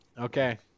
Okay